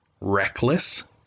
Reckless